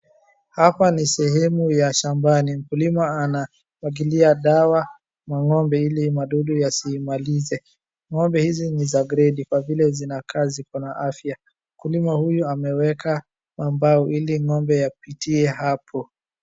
Hapa ni sehemu ya shambani mkulima anamwagilia dawa mang'ombe ili madudu yasiimalize.Ng'ombe hizi ni za gredi kwa vile zinakaa ziko na afya. Mkulima huyu ameweka mambao ili ng'ombe yapitie hapo.